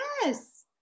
Yes